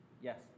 Yes